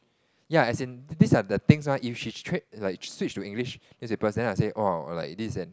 ya as in this are the things mah if she change like switch to English newspaper then I will say like oh this is an